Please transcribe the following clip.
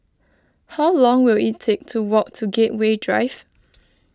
how long will it take to walk to Gateway Drive